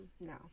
No